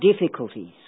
difficulties